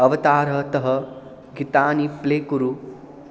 अवतारः तः गीतानि प्ले कुरु